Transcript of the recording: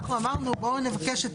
אנחנו אמרנו בואו נבקש,